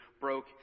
broke